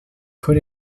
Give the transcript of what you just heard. put